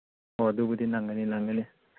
ꯍꯣ ꯑꯗꯨꯕꯨꯗꯤ ꯅꯪꯒꯅꯤ ꯅꯪꯒꯅꯤ